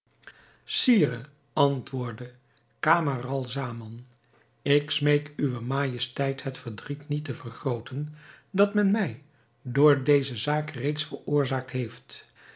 sire antwoordde camaralzaman ik smeek uwe majesteit het verdriet niet te vergrooten dat men mij door deze zaak reeds veroorzaakt heeft